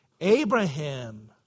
Abraham